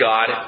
God